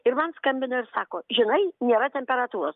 ir man skambina ir sako žinai nėra temperatūros